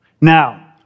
Now